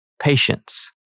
Patience